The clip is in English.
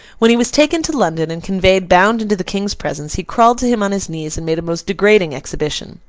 when he was taken to london, and conveyed bound into the king's presence, he crawled to him on his knees, and made a most degrading exhibition.